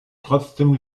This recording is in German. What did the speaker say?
trotzdem